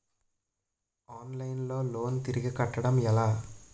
Online లో loan తిరిగి కట్టడం ఎలా?